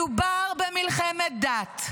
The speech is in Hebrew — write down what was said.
מדובר במלחמת דת,